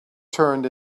turned